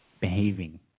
behaving